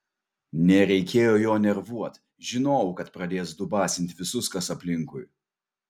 nereikėjo jo nervuot žinojau kad pradės dubasint visus kas aplinkui